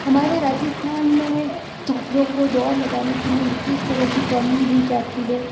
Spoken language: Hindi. हमारे राजस्थान में छात्रों को दौड़ लगाने के लिए विशेष तरह की ट्रेनिंग दी जाती है